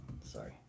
sorry